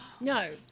No